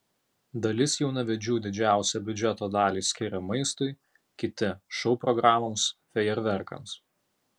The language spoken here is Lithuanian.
dalis jaunavedžių didžiausią biudžeto dalį skiria maistui kiti šou programoms fejerverkams